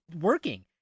working